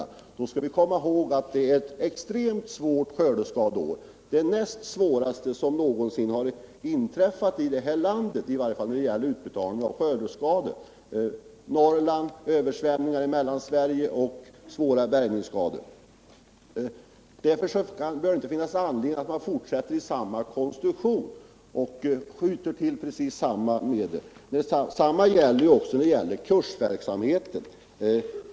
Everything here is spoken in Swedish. Och då skall vi komma ihåg att 1977 var ett extremt svårt skördeskadeår, det näst svåraste någonsin här i landet, i varje fall när det gäller utbetalning av skördeskadeersättningar i Norrland och ersättningar för skador vid översvämningar i Mellansverige samt svåra bärgningsskador. Och då anser vi att det inte finns någon anledning att ha kvar samma konstruktion och skjuta till precis lika stora belopp som har varit nödvändigt för att bygga upp fonden till nuvarande storlek. Detsamma gäller kursverksamheten.